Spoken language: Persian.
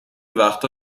وقتا